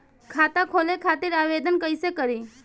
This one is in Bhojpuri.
खाता खोले खातिर आवेदन कइसे करी?